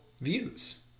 views